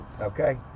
Okay